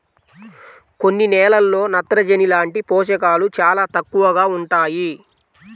కొన్ని నేలల్లో నత్రజని లాంటి పోషకాలు చాలా తక్కువగా ఉంటాయి